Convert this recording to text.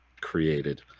created